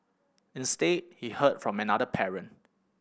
instead he heard from another parent